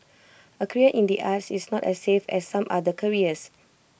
A career in the arts is not as safe as some other careers